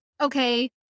okay